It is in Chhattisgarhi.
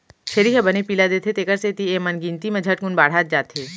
छेरी ह बने पिला देथे तेकर सेती एमन गिनती म झटकुन बाढ़त जाथें